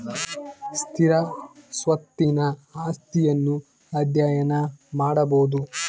ಸ್ಥಿರ ಸ್ವತ್ತಿನ ಆಸ್ತಿಯನ್ನು ಅಧ್ಯಯನ ಮಾಡಬೊದು